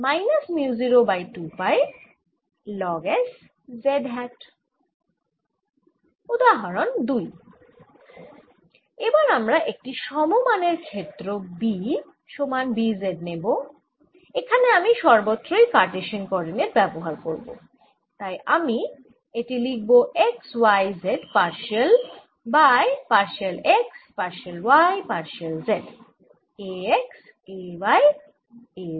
উদাহরন 2 এবার আমরা একটি সম মানের ক্ষেত্র B সমান B z নেব এখানে আমি সর্বত্রই কারটেশিয়ান কোঅরডিনেট ব্যবহার করব তাই আমি এটি লিখব x y z partial by partial x partial y partial z A x A y A z